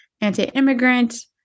anti-immigrant